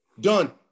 Done